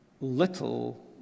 Little